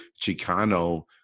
Chicano